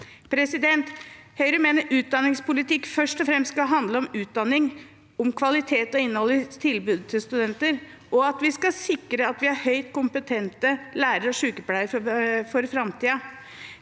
Høyre mener utdanningspolitikk først og fremst skal handle om utdanning, om kvalitet og innhold i tilbudet til studenter, og at vi skal sikre at vi har høyt kompetente lærere og sykepleiere for framtiden.